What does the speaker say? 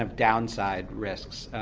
um downside risks,